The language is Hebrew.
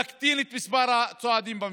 להקטין את מספר הסועדים במסעדות.